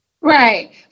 Right